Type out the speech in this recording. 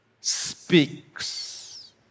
speaks